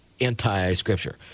anti-scripture